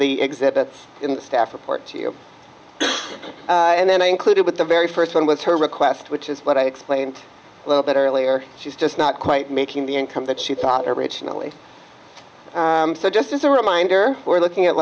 the exhibits in the staff report to you and then i included with the very first one was her request which is what i explained a little bit earlier she's just not quite making the income that she thought originally so just as a reminder we're looking at